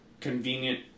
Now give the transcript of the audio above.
convenient